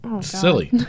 Silly